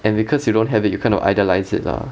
and because you don't have it you kind idolise it lah